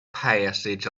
passage